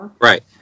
right